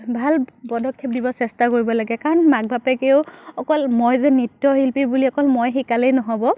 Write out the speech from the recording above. ভাল পদক্ষেপ দিব চেষ্টা কৰিব লাগে কাৰণ মাক বাপেকেও অকল মই যে নৃত্য শিল্পী বুলি অকল মই শিকালেই নহ'ব